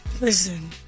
Listen